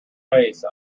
face